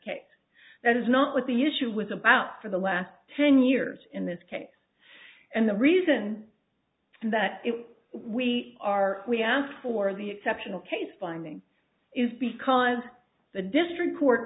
case that is not what the issue was about for the last ten years in this case and the reason that we are we asked for the exceptional case finding is because the district court